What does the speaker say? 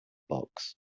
box